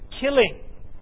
killing